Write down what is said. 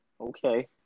okay